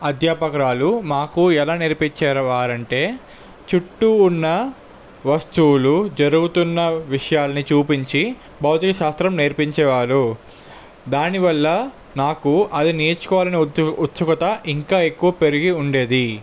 అధ్యాపకురాలు మాకు ఎలా నేర్పించే వారంటే చుట్టు ఉన్న వస్తువులు జరుగుతున్న విషయాలను చూపించి భౌతిక శాస్త్రం నేర్పించేవారు దానివల్ల నాకు అది నేర్చుకోవాలని ఉత్సుకత ఉత్సుకత ఇంకా ఎక్కువ పెరిగి ఉండేది